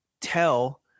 tell